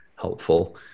helpful